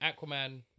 Aquaman